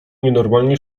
nienormalnie